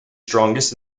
strongest